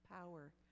power